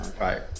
Right